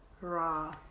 raw